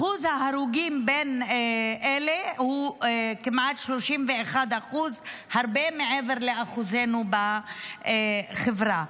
אחוז ההרוגים בין אלה הוא כמעט 31% הרבה מעבר לאחוזנו בחברה.